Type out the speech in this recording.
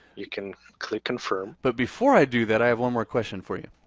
you can click confirm. but before i do that i have one more question for you.